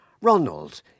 Ronald